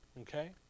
okay